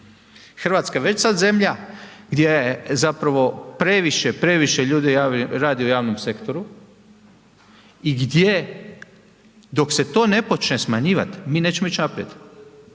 Hrvatska je već sad zemlja gdje je zapravo previše, previše ljudi radi u javnom sektoru i gdje dok se to ne počne smanjivati, mi nećemo ići naprijed.